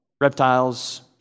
Reptiles